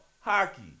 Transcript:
hockey